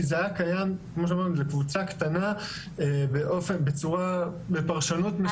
כי זה היה קיים לקבוצה קטנה בפרשנות מסוימת.